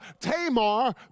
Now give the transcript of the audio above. Tamar